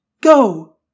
Go